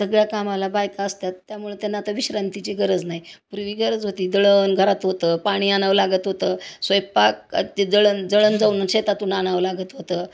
सगळ्या कामाला बायका असतात त्यामुळं त्यांना आता विश्रांतीची गरज नाही पूर्वी गरज होती दळण घरात होतं पाणी आणावं लागत होतं स्वयंपाक ते जळण जळण जाऊन शेतातून आणावं लागत होतं